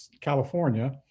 California